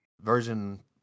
version